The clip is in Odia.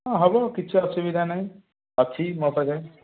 ହଁ ହେବ କିଛି ଅସୁବିଧା ନାହିଁ ଅଛି ମୋ ପାଖରେ